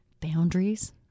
boundaries